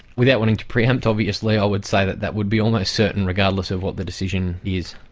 without wanting to pre-empt, obviously, i would say that that would be almost certain, regardless of what the decision is.